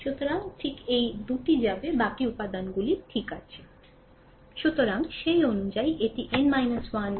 সুতরাং ঠিক এই 2 টি যাবে বাকি উপাদানগুলি ঠিক আছে সুতরাং সেই অনুযায়ী এটি n 1 থেকে n 1 ম্যাট্রিক্স হবে